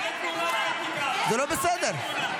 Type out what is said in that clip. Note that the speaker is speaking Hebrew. זה לא בסדר.